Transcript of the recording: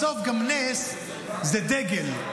בסוף, נס זה גם דגל.